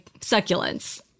succulents